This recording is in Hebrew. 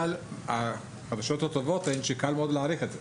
אבל החדשות הטובות הן שקל מאוד להעריך את זה.